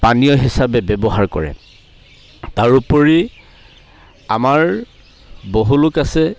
পানীয় হিচাপে ব্যৱহাৰ কৰে তাৰোপৰি আমাৰ বহু লোক আছে